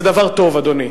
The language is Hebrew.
זה דבר טוב, אדוני.